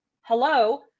hello